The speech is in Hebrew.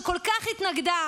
שכל כך התנגדה,